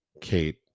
kate